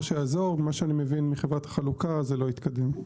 שאני מבין מחברת החלוקה, זה לא התקדם.